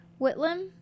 whitlam